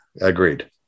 Agreed